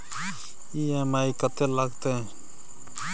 EMI कत्ते लगतै?